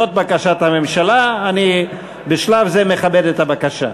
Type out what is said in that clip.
זאת בקשת הממשלה, בשלב זה אני מכבד את הבקשה.